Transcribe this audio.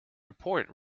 report